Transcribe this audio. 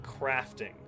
crafting